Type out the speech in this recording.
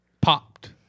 popped